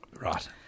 Right